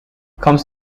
kommst